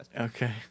Okay